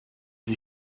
sie